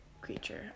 creature